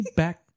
back